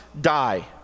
die